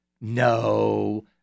No